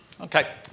Okay